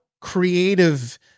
creative